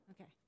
Okay